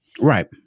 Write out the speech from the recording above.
Right